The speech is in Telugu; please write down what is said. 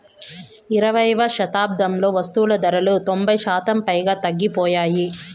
ఇరవైయవ శతాబ్దంలో వస్తువులు ధరలు తొంభై శాతం పైగా తగ్గిపోయాయి